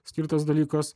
skirtas dalykas